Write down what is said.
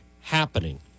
happening